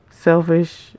selfish